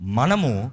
manamu